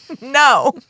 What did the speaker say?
No